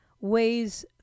weighs